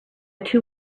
two